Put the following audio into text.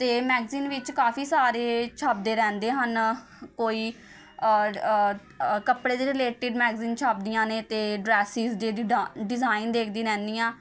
ਅਤੇ ਮੈਗਜ਼ੀਨ ਵਿੱਚ ਕਾਫੀ ਸਾਰੇ ਛਪਦੇ ਰਹਿੰਦੇ ਹਨ ਕੋਈ ਕੱਪੜੇ ਦੇ ਰਿਲੇਟਿਵ ਮੈਗਜ਼ੀਨ ਛਪਦੀਆਂ ਨੇ ਅਤੇ ਡਰੈਸਿਸ ਦੇ ਡਿਡਾ ਡਿਜ਼ਾਈਨ ਦੇਖਦੀ ਰਹਿੰਦੀ ਹਾਂ